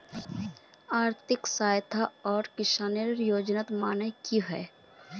आर्थिक सहायता आर किसानेर योजना माने की होय?